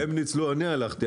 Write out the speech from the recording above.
אני הלכתי.